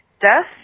death